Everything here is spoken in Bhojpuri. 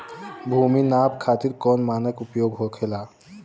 भूमि नाप खातिर कौन मानक उपयोग होखेला?